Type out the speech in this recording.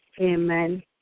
Amen